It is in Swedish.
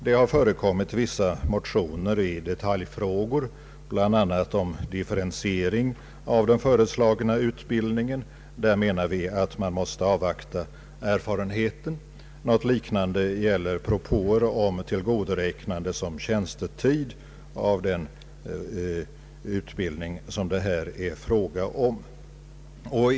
Det har väckts vissa motioner i detaljfrågor, bl.a. om differentiering av den föreslagna utbildningen. På denna punkt anser vi att man bör avvakta erfarenheten. Något liknande gäller propåer om tillgodoräknande såsom tjänstetid av den utbildning det gäller.